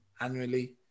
Annually